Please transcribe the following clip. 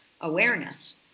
awareness